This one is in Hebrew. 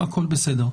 הכול בסדר.